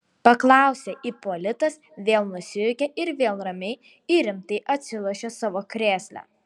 paklausė ipolitas vėl nusijuokė ir vėl ramiai ir rimtai atsilošė savo krėsle